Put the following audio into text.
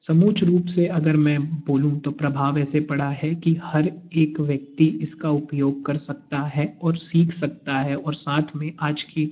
समूच रूप से अगर मैं बोलूँ तो प्रभाव ऐसे पड़ा है कि हर एक व्यक्ति इसका उपयोग कर सकता है और सीख सकता है और साथ में आज की